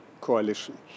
coalition